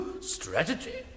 strategy